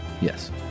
Yes